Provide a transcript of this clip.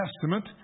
Testament